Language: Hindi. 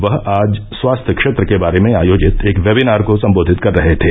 वह आज स्वास्थ्य क्षेत्र के बारे में आयोजित एक वेबिनार को संबोधित कर रहे थे